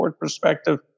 perspective